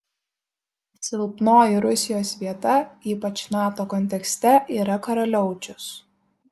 silpnoji rusijos vieta ypač nato kontekste yra karaliaučius